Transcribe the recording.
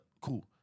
cool